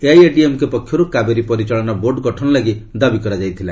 ଏଆଇଏଡିଏମ୍କେ ପକ୍ଷରୁ କାବେରୀ ପରିଚାଳନା ବୋର୍ଡ଼ ଗଠନ ଲାଗି ଦାବି କରାଯାଇଥିଲା